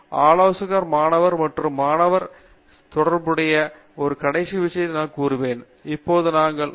எனவே ஆலோசகர் மாணவர் மற்றும் மாணவர் மாணவர் தொடர்புக்கு செல்லுபடியாக ஒரு கடைசி விஷயத்தை நான் கூறுவேன் இப்போது நாங்கள் ஐ